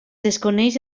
desconeix